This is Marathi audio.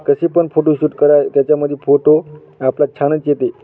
कसे पण फोटोशूट कराय त्याच्यामध्ये फोटो आपला छानंच येते